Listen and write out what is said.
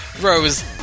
Rose